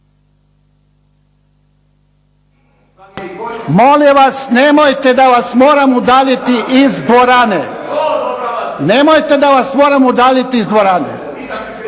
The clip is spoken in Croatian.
Molim vas nemojte da vas moram udaljiti iz dvorane. Nemojte da vas moram udaljiti iz dvorane.